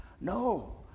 No